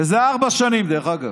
זה ארבע שנים, דרך אגב.